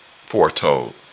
foretold